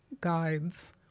guides